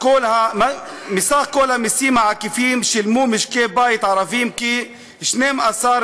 מסך המסים העקיפים שילמו משקי בית ערביים כ-12.8%;